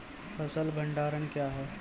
फसल भंडारण क्या हैं?